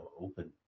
open